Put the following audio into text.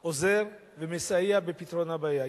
עוזר ומסייע בפתרון הבעיה.